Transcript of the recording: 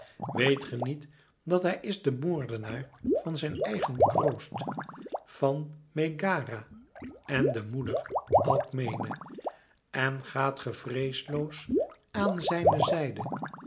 weet ge niet dat hij is de moordenaar van zijn eigen kroost van megara en de moeder alkmene en gaat ge vreesloos aan zijne zijde